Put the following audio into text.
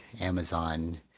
amazon